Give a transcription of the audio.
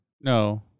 No